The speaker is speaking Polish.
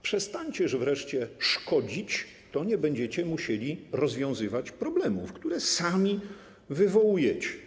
Przestańcie wreszcie szkodzić, to nie będziecie musieli rozwiązywać problemów, które sami wywołujecie.